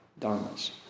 dharmas